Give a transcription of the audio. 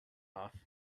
off